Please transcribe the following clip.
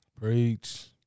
Preach